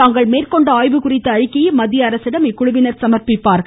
தாங்கள் மேற்கொண்ட ஆய்வு குறித்த அறிக்கையை மத்திய அரசிடம் இக்குழுவினர் சமர்ப்பிக்க உள்ளனர்